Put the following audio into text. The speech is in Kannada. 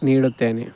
ನೀಡುತ್ತೇನೆ